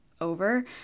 over